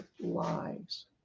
lives